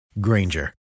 Granger